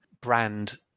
brand